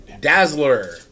Dazzler